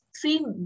three